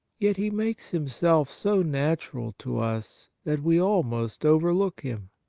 yet he makes himself so natural to us that we almost overlook him.